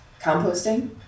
composting